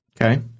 Okay